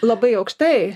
labai aukštai